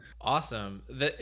Awesome